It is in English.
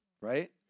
Right